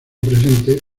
presente